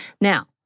Now